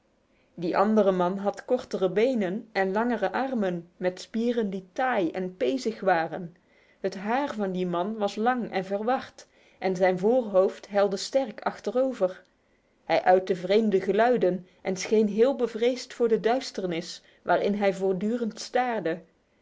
die andere man had kortere benen en langere armen met spieren die taai en pezig waren het haar van dien man was lang en verward en zijn voorhoofd helde sterk achterover hij uitte vreemde geluiden en scheen heel bevreesd voor de duisternis waarin hij voortdurend staarde